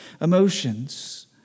emotions